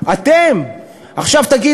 הם לא בנקים, הם בית-כלא ואנחנו השבויים.